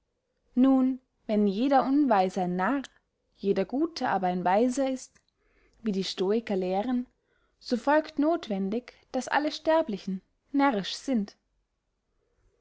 nun wenn jeder unweise ein narr jeder gute aber ein weiser ist wie die stoiker lehren so folgt nothwendig daß alle sterblichen närrisch sind